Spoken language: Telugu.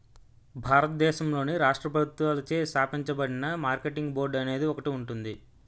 భారతదేశంలోని రాష్ట్ర ప్రభుత్వాలచే స్థాపించబడిన మార్కెటింగ్ బోర్డు అనేది ఒకటి ఉంటుంది